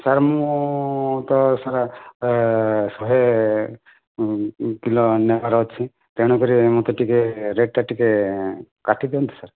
sir ମୁଁ ତ sir ଶହେ କିଲୋ ନେବାର ଅଛି ତେଣୁକରି ମୋତେ ଟିକିଏ ରେଟ୍ଟା ଟିକିଏ କାଟିଦିଅନ୍ତୁ ସାର୍